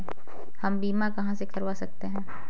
हम बीमा कहां से करवा सकते हैं?